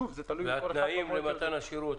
שוב, זה תלוי --- והתנאים למתן השירות.